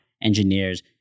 engineers